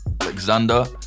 Alexander